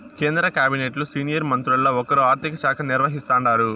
కేంద్ర కాబినెట్లు సీనియర్ మంత్రుల్ల ఒకరు ఆర్థిక శాఖ నిర్వహిస్తాండారు